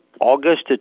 August